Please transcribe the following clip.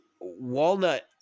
walnut